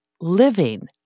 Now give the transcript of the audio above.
living